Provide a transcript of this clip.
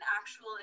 actual